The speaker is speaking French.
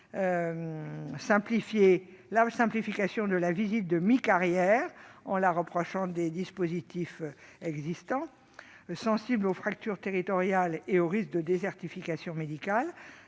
simplifie la visite de mi-carrière en la rapprochant des dispositifs existants. Sensible aux fractures territoriales et aux risques de désertification médicale,